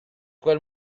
quel